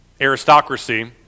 aristocracy